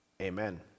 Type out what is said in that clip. Amen